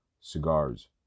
Cigars